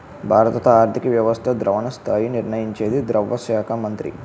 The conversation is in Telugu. భారత ఆర్థిక వ్యవస్థ ద్రవణ స్థాయి నిర్ణయించేది ద్రవ్య శాఖ మంత్రి